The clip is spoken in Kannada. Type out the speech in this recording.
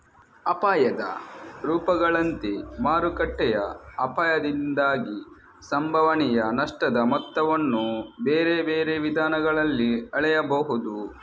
ಅಪಾಯದ ರೂಪಗಳಂತೆ ಮಾರುಕಟ್ಟೆಯ ಅಪಾಯದಿಂದಾಗಿ ಸಂಭವನೀಯ ನಷ್ಟದ ಮೊತ್ತವನ್ನು ಬೇರೆ ಬೇರೆ ವಿಧಾನಗಳಲ್ಲಿ ಅಳೆಯಬಹುದು